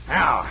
Now